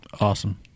Awesome